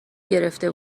گرفته